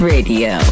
Radio